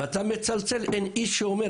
אתה מצלצל, איש לא מגיב.